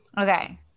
Okay